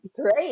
Great